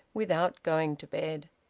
without going to bed.